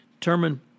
determine